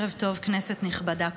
ערב טוב, כנסת נכבדה.